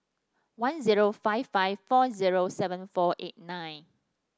one zero five five four zero seven four eight nine